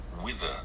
wither